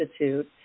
Institute